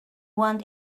want